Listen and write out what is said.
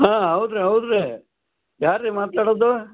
ಹಾಂ ಹೌದು ರೀ ಹೌದು ರೀ ಯಾರು ರೀ ಮಾತಾಡೋದು